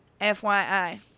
FYI